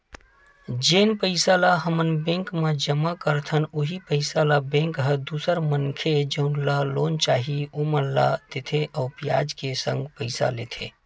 जेन पइसा ल हमन बेंक म जमा करथन उहीं पइसा ल बेंक ह दूसर मनखे जउन ल लोन चाही ओमन ला देथे अउ बियाज के संग पइसा लेथे